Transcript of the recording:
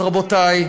אז רבותי,